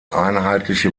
einheitliche